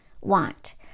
want